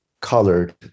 colored